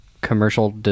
commercial